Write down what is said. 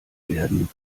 werden